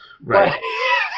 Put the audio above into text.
Right